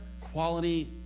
quality